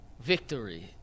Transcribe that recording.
victory